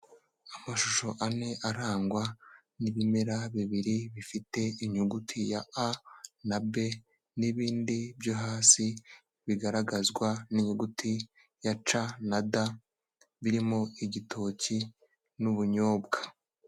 Amashusho ane arangwa n'ibimera bibiri bifite inyuguti ya a na be n'ibindi byo hasi bigaragazwa n'inyuguti ya ca na da birimo igitoki n'ubunyobwa.